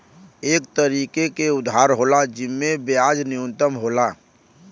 एक तरीके के उधार होला जिम्मे ब्याज न्यूनतम होला